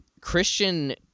Christian